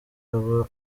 aba